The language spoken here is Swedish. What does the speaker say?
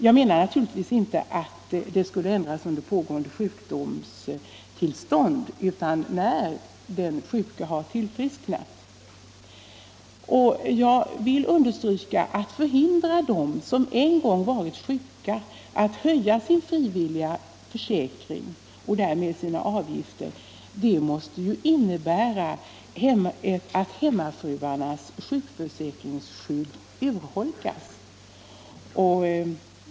Jag menar naturligtvis inte att försäkringen skall ändras under pågående sjukdomstillstånd utan när den sjuke har tillfrisknat. Att förhindra dem som en gång har varit sjuka att höja sin frivilliga försäkring och därmed sina avgifter måste innebära att hemmafruarnas sjukförsäkringsskydd urholkas.